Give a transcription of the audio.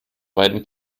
beiden